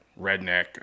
redneck